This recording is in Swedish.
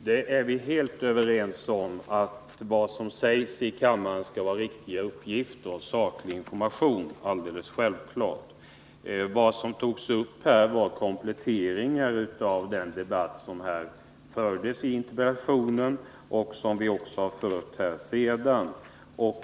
Herr talman! Vi är helt överens om att vad som sägs i kammaren skall vara riktiga uppgifter och saklig information — det är alldeles självklart. Vad som togs upp här var kompletteringar av interpellationen och av den debatt vi fört med anledning av svaret.